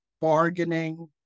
bargaining